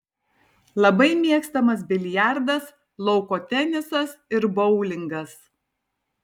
labai mėgstamas biliardas lauko tenisas ir boulingas